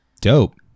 Dope